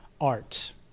art